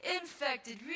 Infected